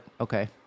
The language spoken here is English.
okay